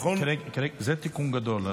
זה תיקון גדול.